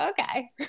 okay